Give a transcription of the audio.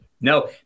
no